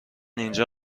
اینجا